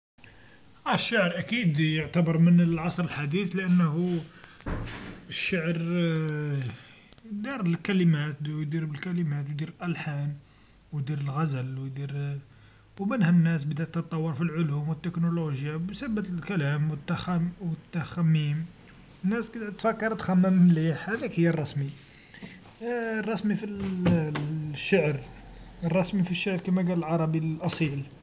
الشعر أكيد يعتبر من العصر الحديث لأنهو الشعر دار الكلمات و يدير بالكلمات الألحان و يدير الغزل يدير، و منها الناس بدات تطور في العلوم و التكنولوجيا بسبت الكلام و التخ-التخميم، الناس تفكر تخمم مليح هاذيك هي الرسمي في الشعر الرسمي في السعر كيما قال العربي الأصيل.